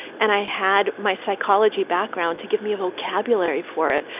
and i had my psychology background to give me a vocabulary for it.